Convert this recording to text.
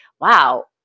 wow